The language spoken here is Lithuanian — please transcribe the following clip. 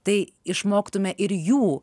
tai išmoktume ir jų